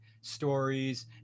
stories